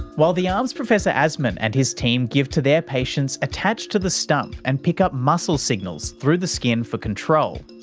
while the arms professor aszmann and his team give to their patients attach to the stump and pick up muscle signals through the skin for control,